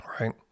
right